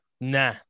Nah